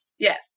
yes